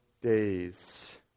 days